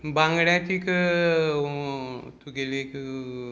बांगड्याचीक तुगेलीक